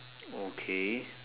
okay